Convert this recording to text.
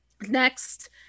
next